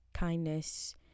Kindness